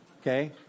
Okay